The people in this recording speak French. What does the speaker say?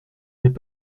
n’est